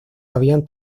habían